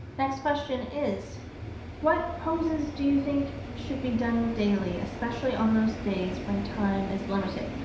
next question is what poses do you think should be done daily, especially on those days when time is limited?